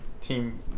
team